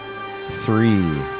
Three